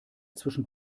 zwischen